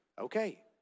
okay